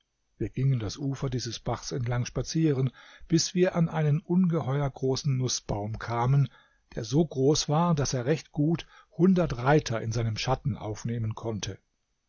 wir gingen das ufer dieses baches entlang spazieren bis wir an einen ungeheuer großen nußbaum kamen der so groß war daß er recht gut hundert reiter in seinem schatten aufnehmen konnte